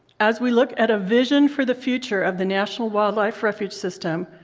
as we look at a vision for the future of the national wildlife refuge system,